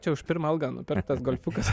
čia už pirmą algą nupirktas golfiukas